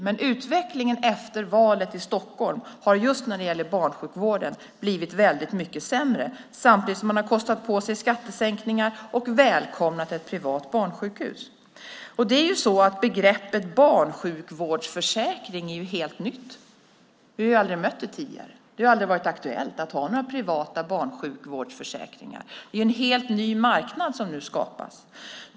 Men utvecklingen efter valet i Stockholm har just när det gäller barnsjukvården blivit väldigt mycket sämre, samtidigt som man har kostat på sig skattesänkningar och välkomnat ett privat barnsjukhus. Begreppet barnsjukvårdsförsäkring är helt nytt. Vi har aldrig mött det tidigare. Det har aldrig varit aktuellt att ha några privata barnsjukvårdsförsäkringar. Det är en helt ny marknad som nu skapas.